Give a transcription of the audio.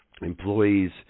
employees